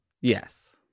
yes